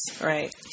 right